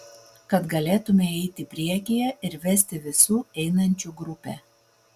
kad galėtumei eiti priekyje ir vesti visų einančių grupę